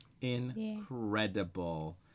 Incredible